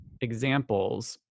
examples